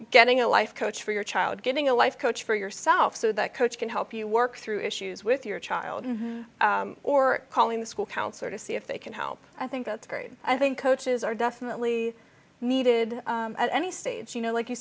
getting a life coach for your child getting a life coach for yourself so that coach can help you work through issues with your child or calling the school counselor to see if they can help i think that's very i think coaches are definitely needed at any stage you know like you